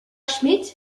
schmidt